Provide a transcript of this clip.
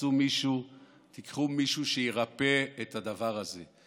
תיקחו מישהו שירפא את הדבר הזה.